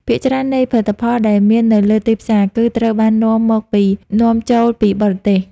ភាគច្រើននៃផលិតផលដែលមាននៅលើទីផ្សារ គឺត្រូវបាននាំមកពីនាំចូលពីបរទេស។